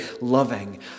loving